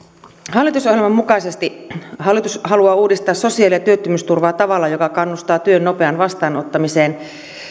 hallitusohjelman mukaisesti hallitus haluaa uudistaa sosiaali ja työttömyysturvaa tavalla joka kannustaa työn nopeaan vastaanottamiseen